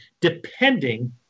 depending